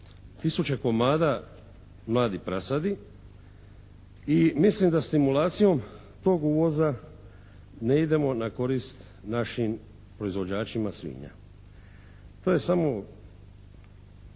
tisuće komada mladih prasadi i mislim da stimulacijom tog uvoza ne idemo na korist našim proizvođačima svinja. To je samo